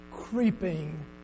creeping